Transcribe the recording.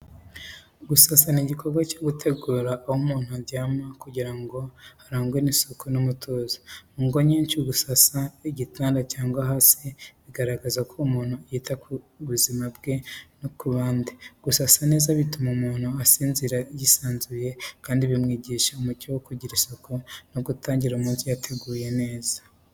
Gusasa ni igikorwa cyo gutegura aho umuntu aryama kugira ngo harangwe isuku n’umutuzo. Mu ngo nyinshi, gusasa igitanda cyangwa hasi bigaragaza ko umuntu yita ku buzima bwe no ku bandi. Gusasa neza bituma umuntu asinzira yisanzuye kandi bimwigisha umuco wo kugira isuku no gutangira umunsi wateguye neza.